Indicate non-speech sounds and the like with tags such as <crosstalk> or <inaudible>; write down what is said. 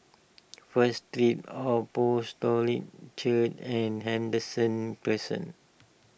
<noise> First Street Apostolic Church and Henderson Crescent